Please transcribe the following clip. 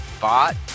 bought